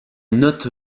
note